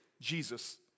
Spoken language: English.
Jesus